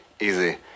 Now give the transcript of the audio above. Easy